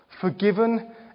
Forgiven